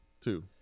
Two